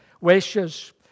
wishes